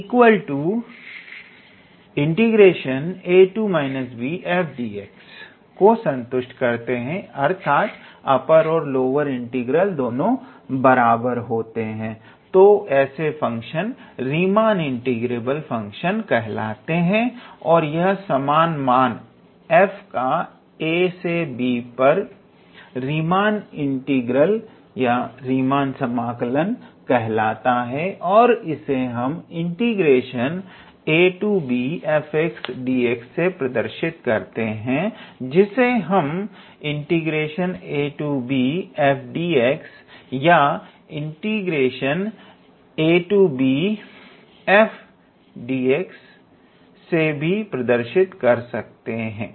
अतः जब upper integral व लोअर इंटीग्रल बराबर होते हैं तो ऐसे फंक्शंस रीमान इंटीग्रेबल फंक्शंस कहलाते हैं और यह समान मान f का ab पर रीमान इंटीग्रल कहलाता है तथा इसे द्वारा प्रदर्शित करते हैं हम इसे छोटे रूप में अथवा लिख सकते हैं